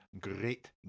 great